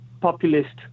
populist